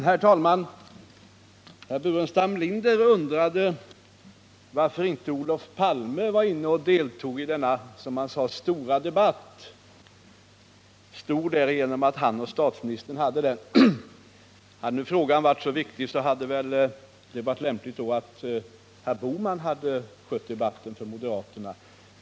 Herr talman! Herr Burenstam Linder undrade varför inte Olof Palme var i kammaren och deltog i denna, som han sade, stora debatt. Debatten ansågs stor därför att han och statsministern förde den. Om frågan är så viktig, hade det väl varit lämpligt att Gösta Bohman hade skött debatten för moderaterna.